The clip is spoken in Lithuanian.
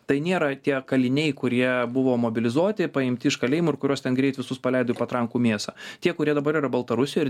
tai nėra tie kaliniai kurie buvo mobilizuoti paimti iš kalėjimų ir kuriuos ten greit visus paleido į patrankų mėsą tie kurie dabar yra baltarusijoj ir